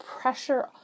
pressure